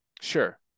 Sure